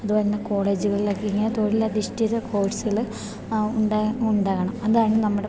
അതുപോലെത്തന്നെ കോളേജുകളിലൊക്ക ഇങ്ങനെ തൊഴിലധിഷ്ഠിധ കോഴ്സുകൾ ഉണ്ടാകണം അതാണ് നമ്മുടെ